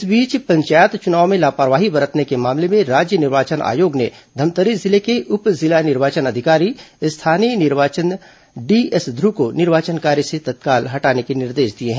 इस बीच पंचायत चुनाव में लापरवाही बरतने के मामले में राज्य निर्वाचन आयोग ने धमतरी जिले के उप जिला निर्वाचन अधिकारी स्थानीय निर्वाचन डीएस ध्रुव को निर्वाचन कार्य से तत्काल हटाने के निर्देश दिए हैं